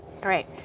Great